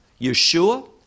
Yeshua